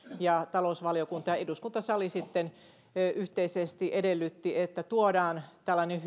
ja talousvaliokunta ja sitten eduskuntasali yhteisesti edellyttivät että tuodaan tällainen